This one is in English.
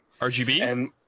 RGB